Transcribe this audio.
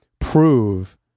prove